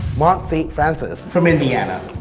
mont st. francis from indiana.